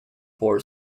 for